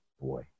boy